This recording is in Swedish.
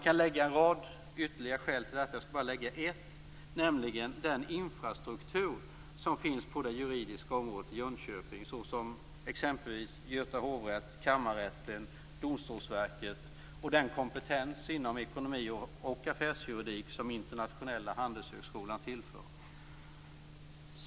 Ytterligare en rad skäl kan läggas till detta, men jag nöjer mig med att lägga till ett skäl, nämligen den infrastruktur som finns på det juridiska området i Domstolsverket samt den kompetens inom ekonomi och affärsjuridik som Internationella Handelshögskolan tillför. Herr talman!